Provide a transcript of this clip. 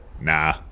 nah